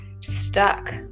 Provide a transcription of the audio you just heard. stuck